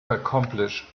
accomplish